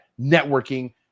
networking